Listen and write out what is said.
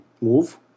move